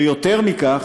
ויותר מכך,